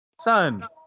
Son